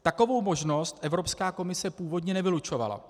Takovou možnost Evropská komise původně nevylučovala.